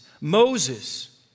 Moses